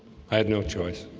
i had no choice.